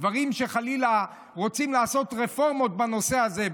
דברים שחלילה רוצים לעשות רפורמות בנושא הזה,